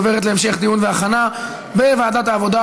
לוועדת העבודה,